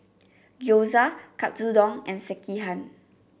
Gyoza Katsudon and Sekihan